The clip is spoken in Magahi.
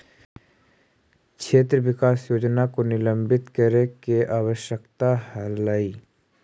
क्षेत्र विकास योजना को निलंबित करे के आवश्यकता हलइ